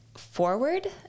forward